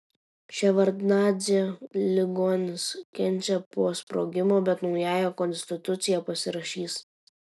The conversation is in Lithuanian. ševardnadzė ligonis kenčia po sprogimo bet naująją konstituciją pasirašys